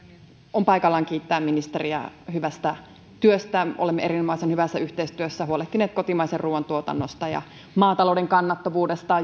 on paikallaan kiittää ministeriä hyvästä työstä olemme erinomaisen hyvässä yhteistyössä huolehtineet kotimaisen ruuan tuotannosta ja maatalouden kannattavuudesta